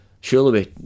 surely